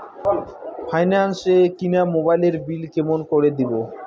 Finance এ কিনা মোবাইলের বিল কেমন করে দিবো?